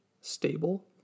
stable